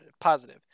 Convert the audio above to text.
positive